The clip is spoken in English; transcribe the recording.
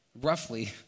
roughly